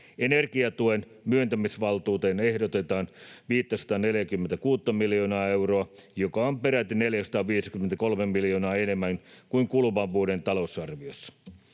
Energiatuen myöntämisvaltuuteen ehdotetaan 546 miljoonaa euroa, joka on peräti 453 miljoonaa enemmän kuin kuluvan vuoden talousarviossa.